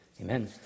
Amen